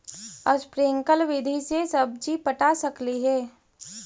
Sprinkle विधि से सब्जी पटा सकली हे?